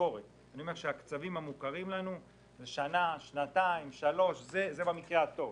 הוא של שנה, שנתיים, שלוש, במקרה הטוב.